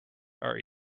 are